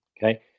Okay